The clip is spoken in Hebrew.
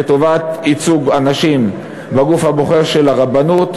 לטובת ייצוג הנשים בגוף הבוחר של הרבנות,